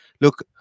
look